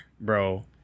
bro